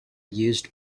used